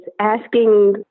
asking